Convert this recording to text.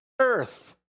earth